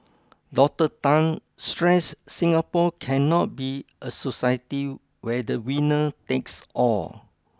Doctor Tan stressed Singapore cannot be a society where the winner takes all